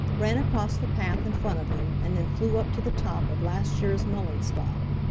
ran across the path in front of him and then flew up to the top of last year's mullein stalk.